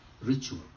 Ritual